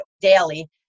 daily